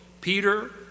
Peter